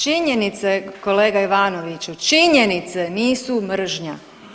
Činjenice, kolega Ivanoviću, činjenice nisu mržnja.